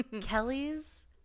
Kelly's